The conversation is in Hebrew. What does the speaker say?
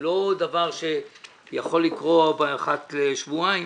הוא לא דבר שיכול לקרות אחת לשבועיים